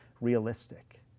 realistic